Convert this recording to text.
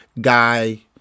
guy